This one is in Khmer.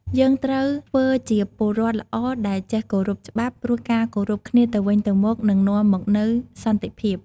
យើងត្រូវធ្វើជាពលរដ្ឋល្អដែលចេះគោរពច្បាប់ ព្រោះការគោរពគ្នាទៅវិញទៅមកនឹងនាំមកនូវសន្តិភាព។